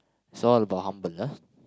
so all about humble ah